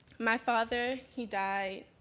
my father, he died